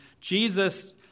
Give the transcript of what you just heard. Jesus